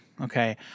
okay